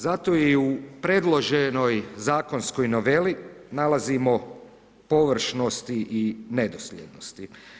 Zato i u predloženoj zakonskoj noveli nalazimo površnosti i nedosljednosti.